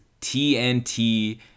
TNT